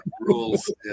rules